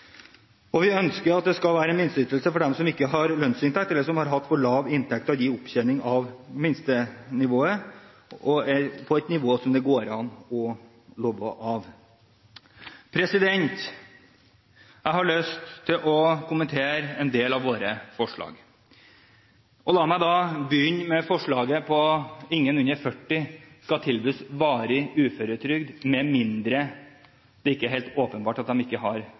Vi ønsker at det skal være en minsteytelse for dem som ikke har lønnsinntekt, eller som har hatt for lav inntekt til at det gir opptjening av minstenivået, på et nivå som det går an å leve av. Jeg har lyst til å kommentere en del av våre forslag. La meg begynne med forslaget om at ingen under 40 år skal tilbys varig uføretrygd, med mindre det er helt åpenbart at de ikke